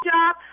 job